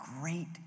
Great